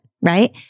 right